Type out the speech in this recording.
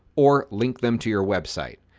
or link them to your website.